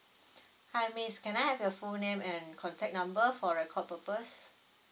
hi miss can I have your full name and contact number for record purpose